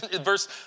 verse